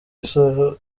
isaha